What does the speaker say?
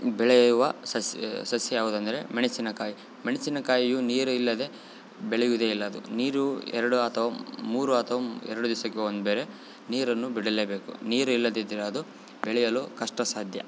ಬೆಳೆಯುವ ಸಸ್ಯ ಸಸ್ಯ ಯಾವುದೆಂದರೆ ಮೆಣಸಿನಕಾಯಿ ಮೆಣಸಿನಕಾಯಿಯು ನೀರು ಇಲ್ಲದೆ ಬೆಳೆಯೋದೆ ಇಲ್ಲ ಅದು ನೀರು ಎರಡು ಅಥವಾ ಮೂರು ಅಥವ ಎರಡು ದಿವಸಕ್ಕೆ ಒಂದು ಬೇರೆ ನೀರನ್ನು ಬಿಡಲೇ ಬೇಕು ನೀರು ಇಲ್ಲದಿದ್ರೆ ಅದು ಬೆಳೆಯಲು ಕಷ್ಟ ಸಾಧ್ಯ